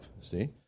see